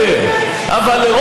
קודם כול,